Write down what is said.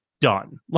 done